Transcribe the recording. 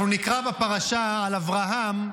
אנחנו נקרא בפרשה על אברהם,